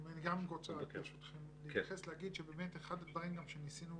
אני רוצה לומר שבאמת אחד הדברים שניסינו